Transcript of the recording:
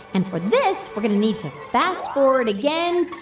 and for this, we're going to need to fast forward again